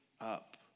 up